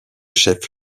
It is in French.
chef